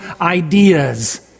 ideas